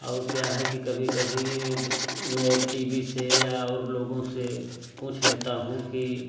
और क्या है कि कभी कभी यह मैं टी वी से या और लोगों से पूछ लेता हूँ की